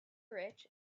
rich